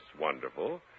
wonderful